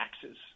taxes